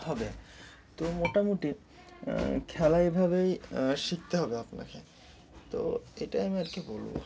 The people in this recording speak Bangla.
হবে তো মোটামুটি খেলা এভাবেই শিখতে হবে আপনাকে তো এটাই আমি আর কি বলব